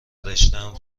رشتهام